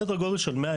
כי משבר האקלים,